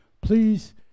Please